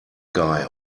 guy